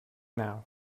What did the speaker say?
now